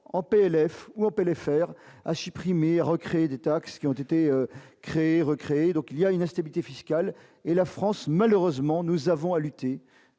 en PLF ou Opel faire à supprimer recréer des taxes qui ont été créés, recréer, donc il y a une instabilité fiscale et la France malheureusement nous avons à lutter,